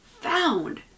found